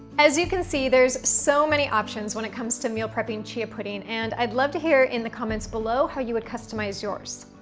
as you can see, there's so many options when it comes to meal prepping chia pudding, and i'd love to hear in the comments below how you would customize yours.